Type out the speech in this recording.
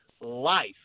life